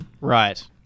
Right